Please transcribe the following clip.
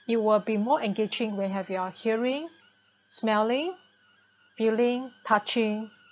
you will be more engaging when you have your hearing smelling feeling touching